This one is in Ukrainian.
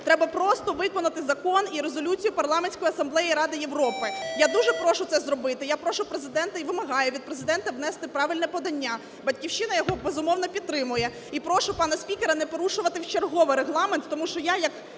Треба просто виконати закон і резолюцію Парламентської асамблеї Ради Європи. Я дуже прошу це зробити. Я прошу Президента і вимагаю від Президента внести правильне подання. "Батьківщина" його, безумовно, підтримує. І прошу пана спікера не порушувати вчергове Регламент, тому що я як